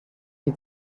wie